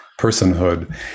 personhood